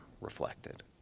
reflected